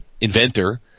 inventor